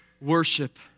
worship